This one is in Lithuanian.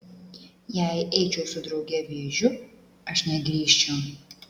jei eičiau su drauge vėžiu aš negrįžčiau